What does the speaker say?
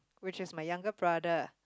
which is my younger brother